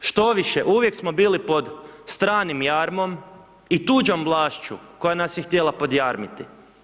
Štoviše uvijek smo bili pod stranim jarmom i tuđom vlašću koja nas je htjela podjarmiti.